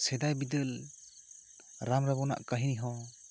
ᱥᱮᱫᱟᱭ ᱵᱤᱫᱟᱹᱞ ᱨᱟᱢ ᱨᱟᱵᱚᱱᱟᱜ ᱠᱟᱹᱦᱱᱤ ᱦᱚᱸ